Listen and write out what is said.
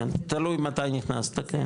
כן, תלוי מתי נכנסת.